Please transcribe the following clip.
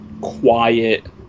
quiet